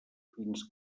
fins